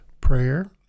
prayer